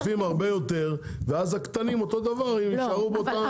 הוא ייתן להם הרבה יותר מדפים ואז הקטנים יישארו באותה נקודה.